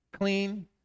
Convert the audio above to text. clean